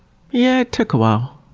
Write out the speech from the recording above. yeah, it took a while.